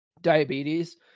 Diabetes